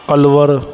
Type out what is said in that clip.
Alwar